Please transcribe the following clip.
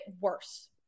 worse